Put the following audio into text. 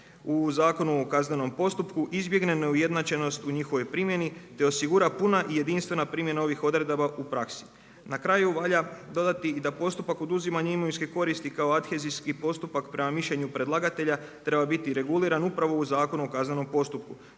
u Zakonu o kaznenom postupku izbjegne neujednačenost u njihovoj primjeni te osigura puna i jedinstvena primjena ovih odredaba u praksi. Na kraju valja dodati i da postupak oduzimanja imovinske koristi kao adthezijski postupak prema mišljenju predlagatelja treba biti reguliran upravo u Zakonu o kaznenom postupku